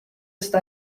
seda